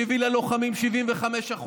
שהביא ללוחמים 75%,